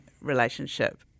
relationship